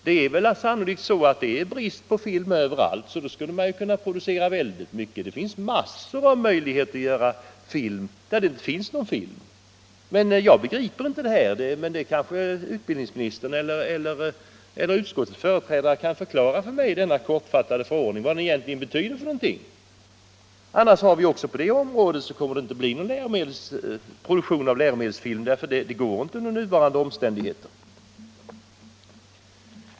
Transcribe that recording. Det är sannolikt brist på film överallt och då skulle man kunna producera massor av film där det inte finns någon film. Jag begriper inte detta, men kanske utbildningsministern eller utskottets företrädare kan förklara vad denna kortfattade kungörelse egentligen betyder. Annars kommer det inte att bli någon produktion av läromedelsfilm, för det går inte under nuvarande omständigheter.